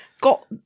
got